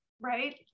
Right